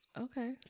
okay